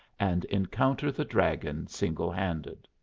and encounter the dragon single handed.